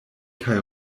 kaj